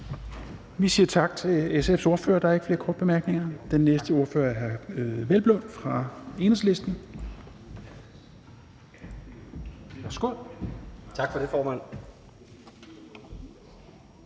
Vi siger tak til SF's ordfører. Der er ikke flere korte bemærkninger. Den næste ordfører er hr. Peder Hvelplund fra Enhedslisten. Værsgo. Kl.